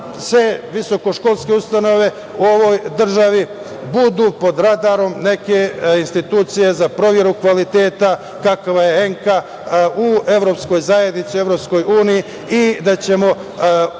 da sve visokoškolske ustanove u ovoj državi budu pod radarom neke institucije za proveru kvaliteta, kakva je ENKA u Evropskoj zajednici, u EU, i da ćemo suprotno